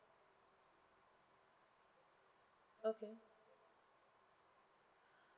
okay